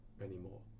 anymore